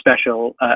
special